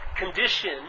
Condition